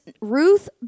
Ruth